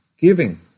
giving